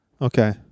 Okay